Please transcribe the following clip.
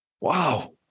Wow